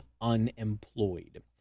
unemployed